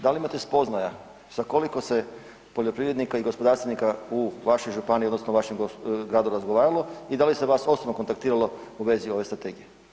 Da li imate spoznaja sa koliko se poljoprivrednika i gospodarstvenika u vašoj županiji odnosno vašem gradu razgovaralo i da li se vas osobno kontaktiralo u vezi ove strategije?